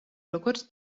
როგორც